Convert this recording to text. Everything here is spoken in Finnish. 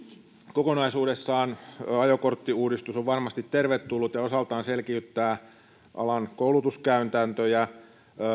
kokonaisuudessaan ajokorttiuudistus on varmasti tervetullut ja osaltaan selkiyttää alan koulutuskäytäntöjä